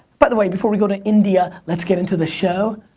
by the way, before we go to india, let's get into the show.